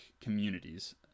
communities